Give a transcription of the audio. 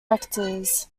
rectors